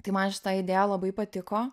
tai man šita idėja labai patiko